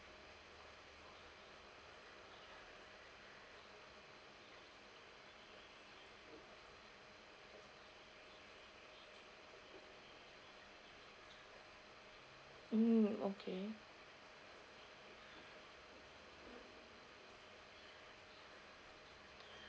mm okay